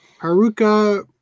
Haruka